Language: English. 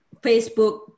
Facebook